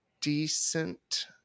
decent